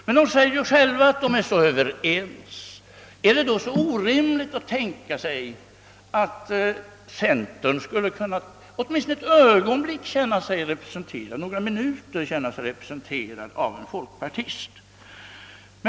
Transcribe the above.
Men de anser själva att de är så överens — och är det då orimligt att tänka sig att centerpartiet åtminstone för några minuter skulle kunna känna sig representerat av folkpartiet?